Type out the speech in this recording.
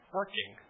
working